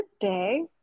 today